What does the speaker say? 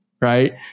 right